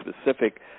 specific